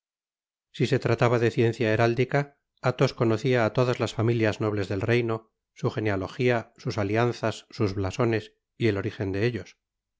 si se trataba de ciencia heráldica athos conocía á todas las familias nobles del reino su genealogía sus alianzas sus blasones y el origen de ellos